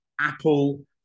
Apple